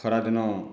ଖରାଦିନ